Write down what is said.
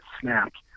snapped